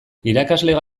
irakasle